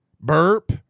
burp